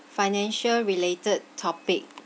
financial related topic